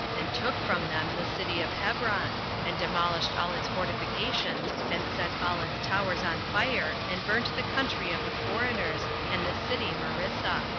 and took from them the city of hebron, and demolished all its fortifications, and set all its towers on fire, and burnt the country of the foreigners, and the city marissa.